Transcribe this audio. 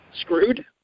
Screwed